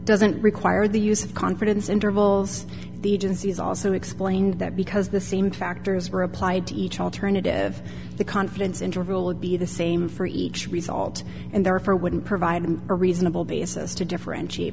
doesn't require the use of confidence intervals the agencies also explained that because the same factors were applied to each alternative the confidence interval would be the same for each result and therefore wouldn't provide a reasonable basis to differentiate